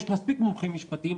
יש מספיק מומחים משפטיים,